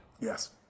Yes